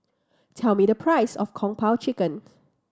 tell me the price of Kung Po Chicken